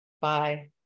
Bye